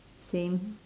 same